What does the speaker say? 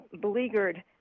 beleaguered